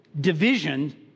division